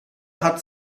hat